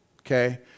okay